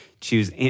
choose